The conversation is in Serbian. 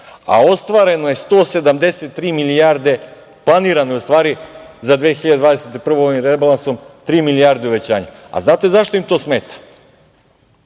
a ostvareno je 173 milijarde, planirano je u stvari za 2021. godinu ovim rebalansom tri milijarde uvećanje. Znate zašto im to smeta?